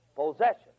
Possession